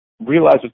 realize